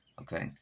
Okay